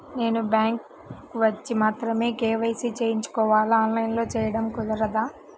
నేను బ్యాంక్ వచ్చి మాత్రమే కే.వై.సి చేయించుకోవాలా? ఆన్లైన్లో చేయటం కుదరదా?